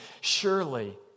Surely